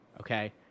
Okay